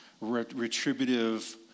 retributive